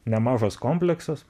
nemažas kompleksas